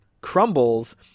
crumbles